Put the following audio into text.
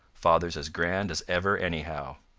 father's as grand as ever anyhow.